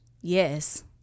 Yes